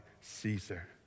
Caesar